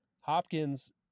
Hopkins